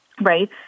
right